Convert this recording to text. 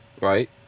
right